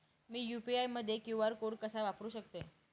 मी UPI मध्ये QR code कसा वापरु शकते?